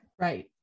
Right